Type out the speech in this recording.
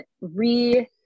re